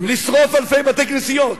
לשרוף אלפי בתי-כנסיות,